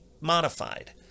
modified